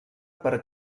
per